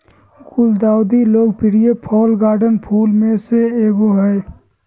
गुलदाउदी लोकप्रिय fall garden फूल में से एगो हइ